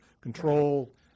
control